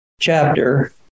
chapter